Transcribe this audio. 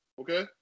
Okay